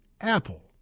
Apple